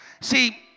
See